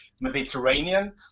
Mediterranean